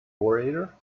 orator